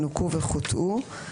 נוקו וחוטאו.